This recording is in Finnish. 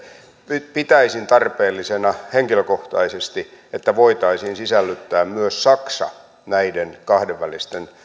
nyt pitäisin tarpeellisena henkilökohtaisesti että voitaisiin sisällyttää myös saksa näiden kahdenvälisten